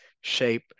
shape